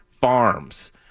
farms